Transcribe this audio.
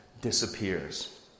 disappears